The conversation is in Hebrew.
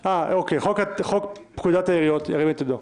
בעד חוק פקודת העיריות ירים את ידו.